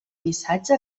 missatge